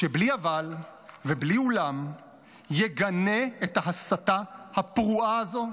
שבלי אבל ובלי אולם יגנה את ההסתה הפרועה הזו?